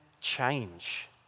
change